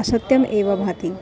असत्यम् एव भवति